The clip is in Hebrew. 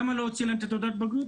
למה לא הוציא להם את תעודת הבגרות?